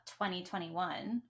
2021